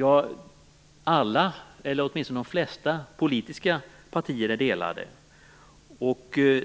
Ja, alla, eller åtminstone de flesta, politiska partier är delade.